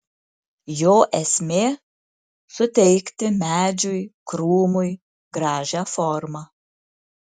jo esmė suteikti medžiui krūmui gražią formą